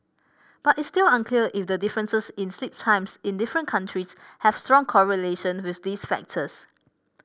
but it's still unclear if the differences in sleep times in different countries have strong correlation with these factors